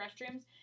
restrooms